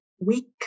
week